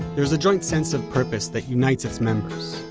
there's a joint sense of purpose that unites its members.